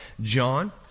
John